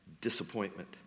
disappointment